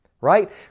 right